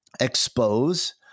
expose